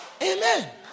Amen